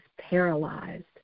paralyzed